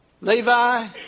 Levi